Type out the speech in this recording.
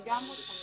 אני גם רוצה לדבר.